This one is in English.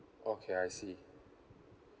okay I see